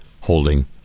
holding